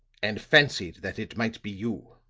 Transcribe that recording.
and fancied that it might be you.